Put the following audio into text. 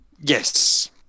yes